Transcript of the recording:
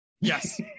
yes